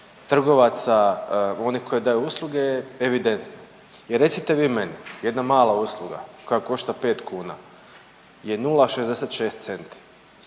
trgovaca onih koji daju usluge je evidentno. I recite vi meni, jedna mala usluga koja košta pet kuna je 0,66 centi.